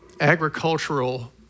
agricultural